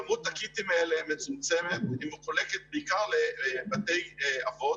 כמות הקיטים האלה היא מצומצמת והיא מחולקת בעיקר לבתי אבות,